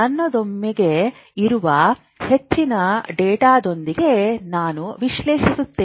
ನಮ್ಮೊಂದಿಗೆ ಇರುವ ಹೆಚ್ಚಿನ ಡೇಟಾದೊಂದಿಗೆ ನಾವು ವಿಶ್ಲೇಷಿಸುತ್ತೇವೆ